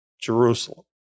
Jerusalem